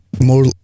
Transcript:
more